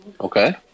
Okay